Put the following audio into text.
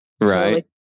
Right